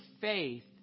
faith